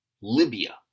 Libya